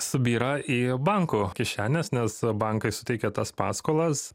subyra į bankų kišenes nes bankai suteikia tas paskolas